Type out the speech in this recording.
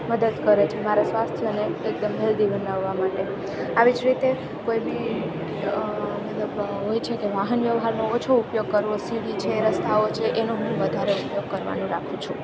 મદદ કરે છે મારા સ્વાસ્થ્યને એકદમ હેલ્દી બનાવવા માટે આવી જ રીતે કોઇ બી મતલબ હોય છે કે વાહન વ્યવહારનો ઓછો ઉપયોગ કરવો સીડી છે રસ્તાઓ છે એનો હું વધારે ઉપયોગ કરવાનું રાખું છું